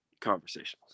conversations